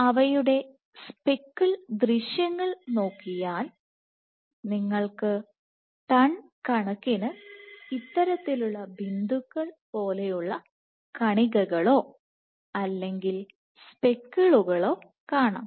അവയുടെ സ്പെക്കിൾ ദൃശ്യങ്ങൾ നോക്കിയാൽ നിങ്ങൾക്ക് ടൺ കണക്കിന് ഇത്തരത്തിലുള്ള ബിന്ദുക്കൾ പോലെയുള്ള കണികകളോ അല്ലെങ്കിൽ സ്പെക്കിളുകളോ കാണാം